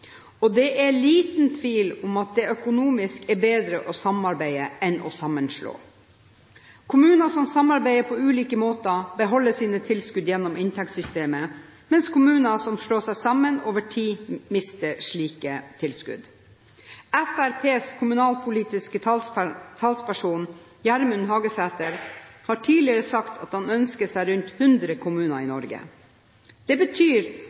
og det er liten tvil om at det økonomisk er bedre å samarbeide enn å sammenslå. Kommuner som samarbeider på ulike måter, beholder sine tilskudd gjennom inntektssystemet, mens kommuner som slår seg sammen, over tid mister slike tilskudd. Fremskrittspartiets kommunalpolitiske talsperson, Gjermund Hagesæter, har tidligere sagt at han ønsker seg rundt 100 kommuner i Norge. Det betyr